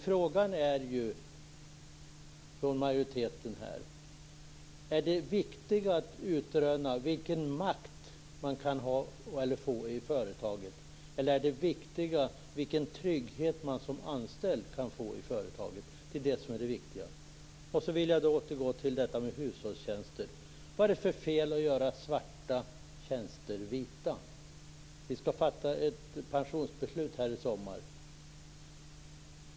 Frågan till majoriteten är: Är det viktigast att utröna vilken makt man kan få i företaget, eller är det viktigast vilken trygghet man som anställd kan få i företaget? Det är den frågan som är den viktiga. Sedan vill jag återgå till frågan om hushållstjänster. Vad är det för fel att göra svarta tjänster vita? Vi skall fatta ett pensionsbeslut i sommar.